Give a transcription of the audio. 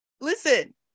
listen